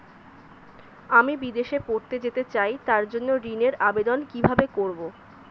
আমি বিদেশে পড়তে যেতে চাই তার জন্য ঋণের আবেদন কিভাবে করব?